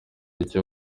icyo